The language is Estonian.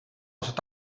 aastat